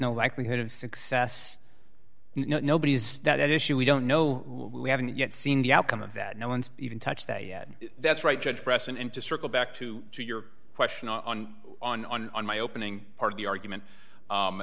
no likelihood of success nobody is that issue we don't know we haven't yet seen the outcome of that no one's even touched that yet that's right judge press and to circle back to your question on on on on my opening part of the argument